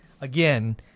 Again